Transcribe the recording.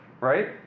right